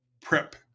prep